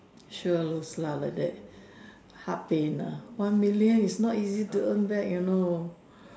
sure lose lah like that heart pain one million is not easy to earn back you know